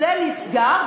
זה נסגר,